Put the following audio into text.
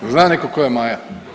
Zna netko tko je Maja?